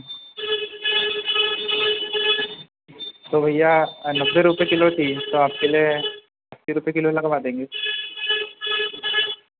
तो भैया नब्बे रुपये किलो थी तो आपके लिए अस्सी रुपये किलो लगवा देंगे